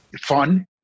fun